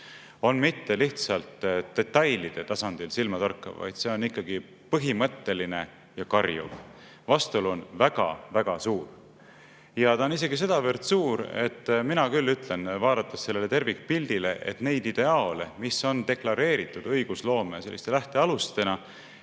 ole mitte lihtsalt detailide tasandil silmatorkav, vaid see on ikkagi põhimõtteline ja karjuv. Vastuolu on väga-väga suur. Ta on isegi sedavõrd suur, et mina küll ütlen, vaadates sellele tervikpildile, et neid ideaale, mis on deklareeritud õigusloome lähtealustena,